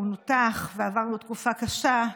הוא נותח ועברנו תקופה קשה,